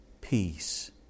peace